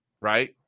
Right